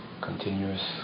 continuous